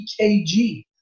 EKG